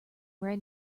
ran